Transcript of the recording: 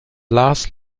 las